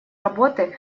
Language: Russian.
работы